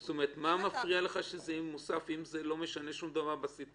מה מפריע לך עכשיו שזה יהיה מוסף אם זה לא משנה שום דבר בסיטואציה?